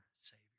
Savior